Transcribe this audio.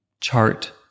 chart